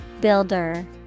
Builder